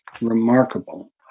remarkable